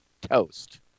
toast